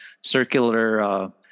circular